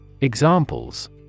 Examples